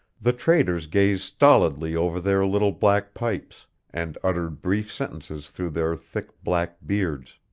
the traders gazed stolidily over their little black pipes, and uttered brief sentences through their thick black beards.